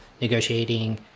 negotiating